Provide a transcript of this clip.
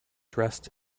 dressed